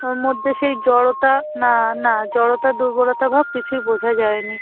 ওর মধ্যে সেই জড়তা না না জড়তা দুর্বলতাভাব কিছুই বোঝা যায়নি